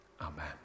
amen